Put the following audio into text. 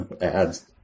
ads